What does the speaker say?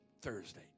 Thursday